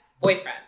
boyfriend